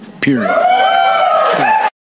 Period